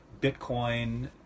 Bitcoin